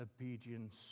obedience